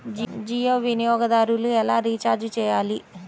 జియో వినియోగదారులు ఎలా రీఛార్జ్ చేయాలి?